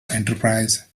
enterprise